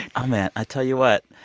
oh, man, i'll tell you what.